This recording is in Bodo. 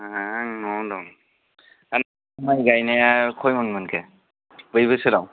आं न'आवनो दं माइ गायनाया खयमन मोनखो बै बोसोराव